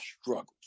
struggles